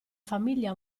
famiglia